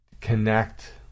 connect